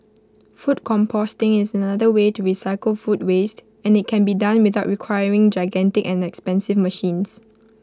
food composting is another way to recycle food waste and IT can be done without requiring gigantic and expensive machines